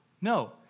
No